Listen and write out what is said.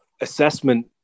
assessment